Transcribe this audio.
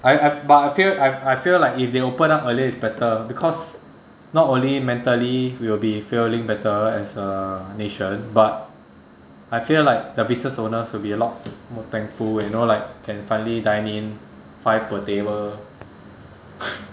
I I but I feel I I feel like if they open up earlier it's better because not only mentally we will be feeling better as a nation but I feel like the business owners will be a lot more thankful you know like can finally dine in five per table